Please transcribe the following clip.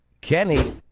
Kenny